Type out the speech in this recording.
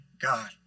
God